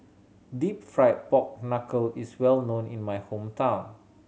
Deep Fried Pork Knuckle is well known in my hometown